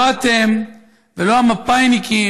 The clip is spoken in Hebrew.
לא אתם ולא המפא"יניקים,